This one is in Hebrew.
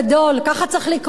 ככה צריך לקרוא לו.